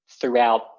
throughout